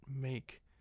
make